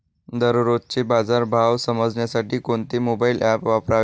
दररोजचे बाजार भाव समजण्यासाठी कोणते मोबाईल ॲप वापरावे?